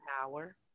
power